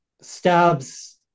stabs